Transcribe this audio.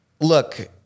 look